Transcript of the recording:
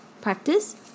Practice